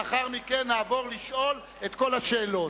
לאחר מכן נעבור לשאול את כל השאלות.